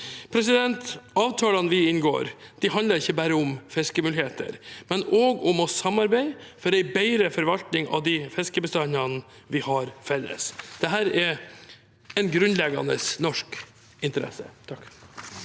med. Avtalene vi inngår, handler ikke bare om fiskemuligheter, men også om å samarbeide for en bedre forvaltning av de fiskebestandene vi har felles. Dette er en grunnleggende norsk interesse.